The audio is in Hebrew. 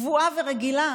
קבועה ורגילה,